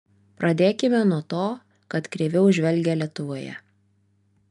pradėkime nuo to kad kreiviau žvelgia lietuvoje